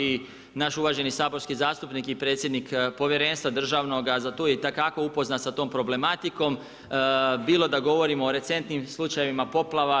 I naš uvaženi saborski zastupnik i predsjednik Povjerenstva državnoga za … je dakako upoznat sa tom problematikom bilo da govorimo o recentnim slučajevima poplava.